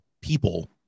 people